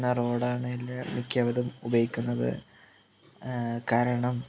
എന്ന റോഡാണ് എല്ലാ മിക്കവരും ഉപയോഗിക്കുന്നത് കാരണം